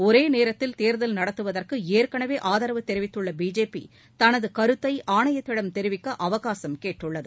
ஒரே நேரத்தில் தேர்தல் நடத்துவதற்கு ஏற்கனவே ஆதரவு தெரிவித்துள்ள பிஜேபி தனது கருத்தை ஆணையத்திடம் தெரிவிக்க அவகாசம் கேட்டுள்ளது